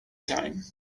time